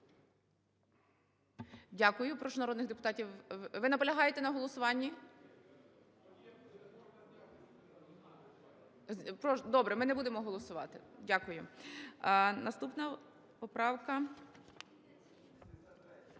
Дякую. Прошу народних депутатів… Ви наполягаєте на голосуванні? Добре, ми не будемо голосувати. Дякую. Наступна поправка